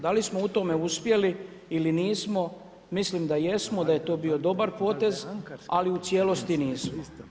Da li smo u tome uspjeli ili nismo, mislim da jesmo, da je to bio dobar potez, ali u cijelosti nismo.